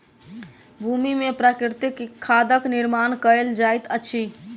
भूमि में प्राकृतिक खादक निर्माण कयल जाइत अछि